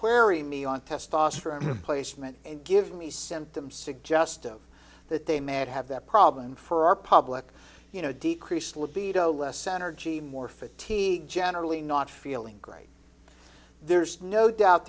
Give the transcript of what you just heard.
querrey me on testosterone replacement and give me symptom suggestive that they may not have that problem for our public you know decrease libido less center g more fatigue generally not feeling great there's no doubt